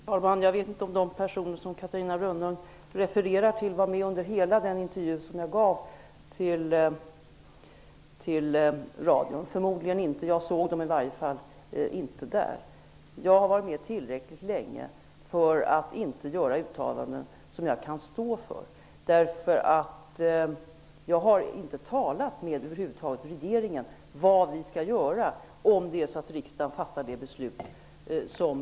Herr talman! Jag vet inte om de personer som Catarina Rönnung refererade till var med under hela den intervjun som jag gav i radion. Förmodligen var de inte det -- jag såg dem i varje fall inte där. Jag har varit med tillräckligt länge för att inte göra uttalanden som jag inte kan stå för. Jag har över huvud taget inte talat med regeringen om vad vi skall göra om riksdagen nu fattar ett sådant beslut.